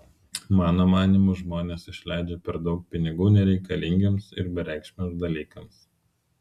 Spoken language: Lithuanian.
mano manymu žmonės išleidžia per daug pinigų nereikalingiems ir bereikšmiams dalykams